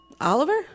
Oliver